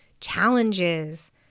challenges